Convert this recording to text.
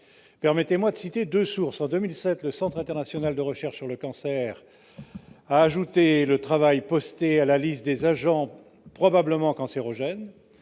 permettez-moi de citer deux sources. En 2007, le Centre international de recherche sur le cancer a ajouté le travail posté à la liste des agents probablement cancérogènes.